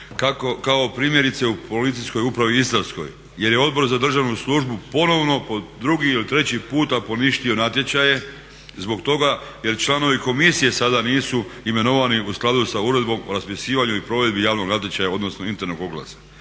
kao primjerice u Policijskoj upravi istarskoj jer je Odbor za državnu službu ponovno po drugi ili treći puta poništio natječaje zbog toga jer članovi komisije sada nisu imenovani u skladu sa Uredbom o raspisivanju i provedbi javnog natječaja odnosno internog oglasa.